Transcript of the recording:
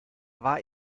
war